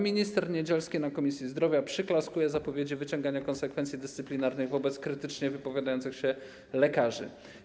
Minister Niedzielski na posiedzeniu Komisji Zdrowia przyklaskuje zapowiedzi wyciągania konsekwencji dyscyplinarnych wobec krytycznie wypowiadających się lekarzy.